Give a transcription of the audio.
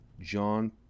John